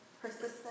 persistent